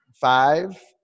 Five